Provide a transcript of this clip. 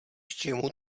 čemu